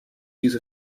use